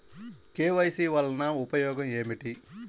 KYC వలన ఉపయోగం ఏమిటీ?